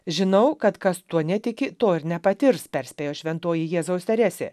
žinau kad kas tuo netiki to ir nepatirs perspėjo šventoji jėzaus teresė